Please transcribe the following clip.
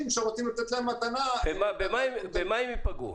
שרוצים לתת להם מתנה --- במה הם ייפגעו?